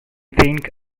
think